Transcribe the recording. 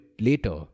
later